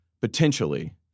potentially—